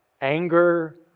anger